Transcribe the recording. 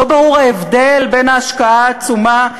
לא ברור ההבדל בין ההשקעה העצומה,